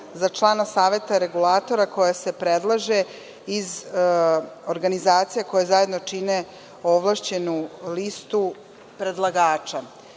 za člana Saveta REM-a, koja se predlaže iz organizacija koje zajedno čine ovlašćenu listu predlagača.